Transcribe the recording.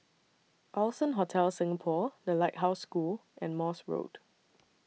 Allson Hotel Singapore The Lighthouse School and Morse Road